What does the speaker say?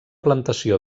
plantació